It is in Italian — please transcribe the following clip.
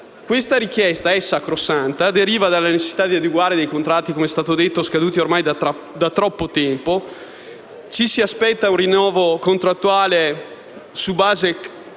una richiesta sacrosanta che deriva dalla necessità di adeguare contratti - come è stato detto - scaduti ormai da troppo tempo. Ci si aspetta un rinnovo contrattuale su base